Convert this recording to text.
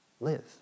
live